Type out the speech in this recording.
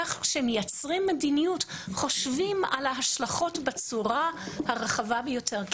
כך שכשמייצרים מדיניות חושבים על ההשלכות בצורה הרחבה ביותר.